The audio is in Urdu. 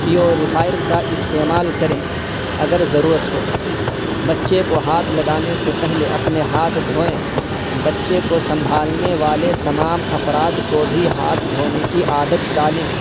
پیوریفائر کا استعمال کریں اگر ضرورت ہو بچے کو ہاتھ لگانے سے پہلے اپنے ہاتھ دھوئیں بچے کو سنبھالنے والے تمام افراد کو بھی ہاتھ دھونے کی عادت ڈالیں